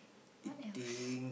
what else